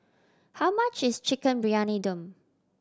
how much is Chicken Briyani Dum